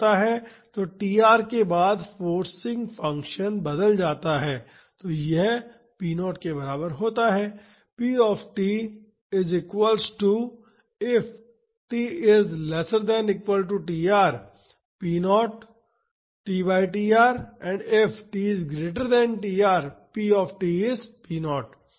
तो tr के बाद फोर्सिंग फ़ंक्शन बदल जाता है तो यह p 0 के बराबर होता है